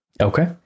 Okay